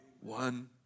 One